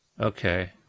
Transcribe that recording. okay